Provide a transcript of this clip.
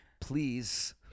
Please